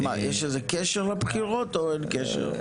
יש איזה קשר לבחירות או אין קשר?